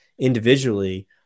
individually